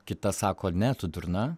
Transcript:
kita sako ne tu durna